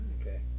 Okay